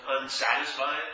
unsatisfied